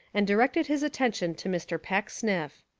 and directed his attention to mr. pecksniff.